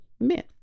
men